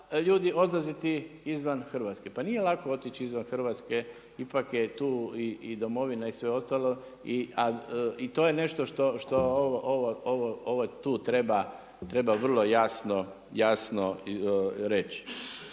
ljudi odlaziti izvan Hrvatske. Pa nije lako otići izvan Hrvatske, ipak je tu i domovina i sve ostalo i to je nešto što treba vrlo jasno reći.